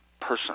person